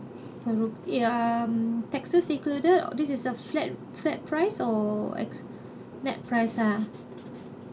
per room ya taxes included this is a flat flat price or net net price ah